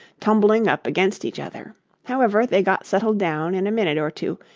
tumbling up against each other however, they got settled down in a minute or two,